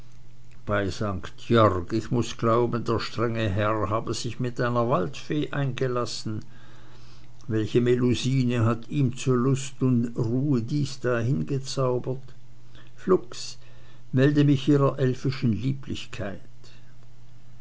jörg ich muß glauben der strenge herr habe sich mit einer waldfei eingelassen welche melusine hat ihm zu lust und ruhe dies da hingezaubert flugs melde mich ihrer elfischen lieblichkeit